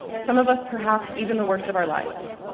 some of us perhaps even the worst of our lives.